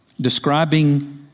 describing